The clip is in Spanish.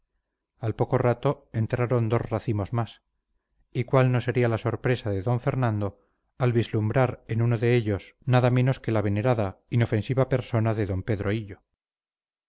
al poco rato entraron dos racimos más y cuál no sería la sorpresa de d fernando al vislumbrar en uno de ellos nada menos que la venerada inofensiva persona de d pedro hillo